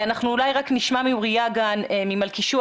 אנחנו אולי רק נשמע מאוריה גן ממלכישוע,